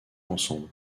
ensemble